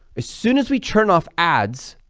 as soon as we turn off ads,